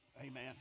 Amen